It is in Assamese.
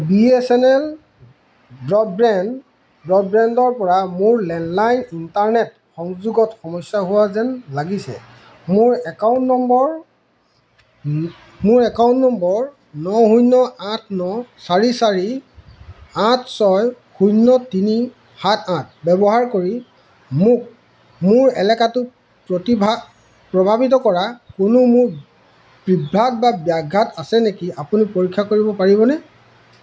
B S N L broadband ব্ৰডবেণ্ডৰপৰা মোৰ লেণ্ডলাইন ইণ্টাৰনেট সংযোগত সমস্যা হোৱা যেন লাগিছে মোৰ একাউণ্ট নম্বৰ মোৰ একাউণ্ট নম্বৰ ন শূন্য আঠ ন চাৰি চাৰি আঠ ছয় শূন্য তিনি সাত আঠ ব্যৱহাৰ কৰি মোক মোৰ এলেকাটো প্ৰতিভা প্ৰভাৱিত কৰা কোনো মোক বিভ্ৰাট বা ব্যাঘাত আছে নেকি আপুনি পৰীক্ষা কৰিব পাৰিবনে